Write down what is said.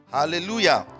Hallelujah